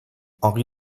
henri